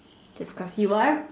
discuss what